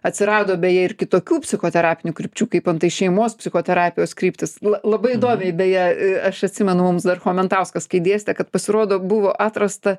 atsirado beje ir kitokių psichoterapinių krypčių kaip antai šeimos psichoterapijos kryptis labai įdomiai beje aš atsimenu mums dar chomentauskas kai dėstė kad pasirodo buvo atrasta